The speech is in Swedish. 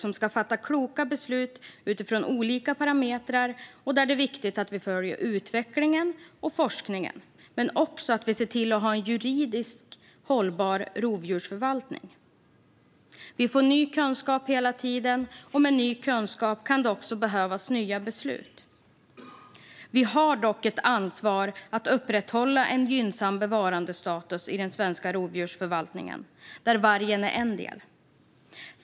Vi ska fatta kloka beslut utifrån olika parametrar. Det är viktigt att vi följer utvecklingen och forskningen, men också att vi ser till att ha en juridiskt hållbar rovdjursförvaltning. Vi får hela tiden ny kunskap. Med ny kunskap kan det också behövas nya beslut. Vi har dock ett ansvar att upprätthålla en gynnsam bevarandestatus i den svenska rovdjursförvaltningen, där vargen är en del.